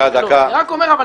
אני רק אומר,